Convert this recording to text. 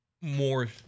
more